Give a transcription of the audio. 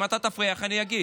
אם אתה תפריע, איך אני אגיד?